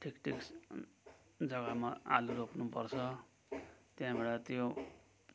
ठिक ठिक जगामा आलु रोप्नु पर्छ त्यहाँबाट त्यो